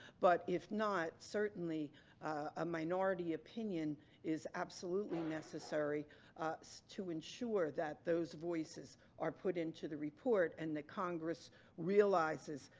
but if not, certainly a minority opinion is absolutely necessary to ensure that those voices are put into the report and that congress realizes,